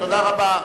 תודה רבה.